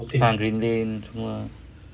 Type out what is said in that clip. ah green lane semua